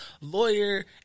lawyer